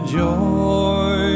joy